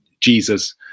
Jesus